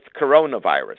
coronavirus